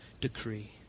decree